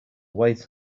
wait